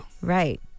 Right